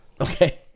Okay